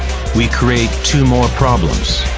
we create two more problems?